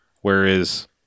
whereas